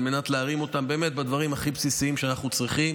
על מנת להרים אותם בדברים הכי בסיסיים שאנחנו צריכים.